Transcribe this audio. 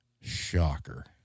Shocker